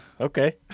Okay